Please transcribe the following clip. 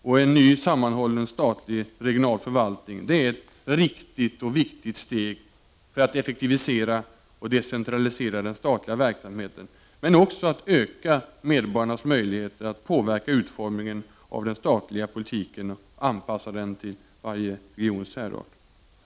En ny och sammanhållen statlig och regional förvaltning är ett riktigt och viktigt steg för att effektivisera och decentralisera den statliga verksamheten, men också för att öka möjligheterna för medborgarna att påverka utformningen av den statliga politiken samt anpassa den till varje regions särart.